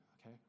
okay